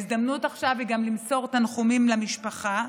עכשיו גם ההזדמנות למסור תנחומים למשפחה.